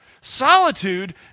Solitude